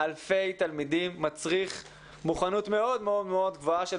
אלפי תלמידים מצריך מוכנות מאוד מאוד גבוהה של